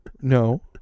no